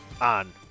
on